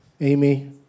Amy